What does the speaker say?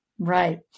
right